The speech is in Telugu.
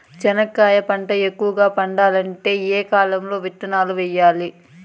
చెనక్కాయ పంట ఎక్కువగా పండాలంటే ఏ కాలము లో విత్తనాలు వేయాలి?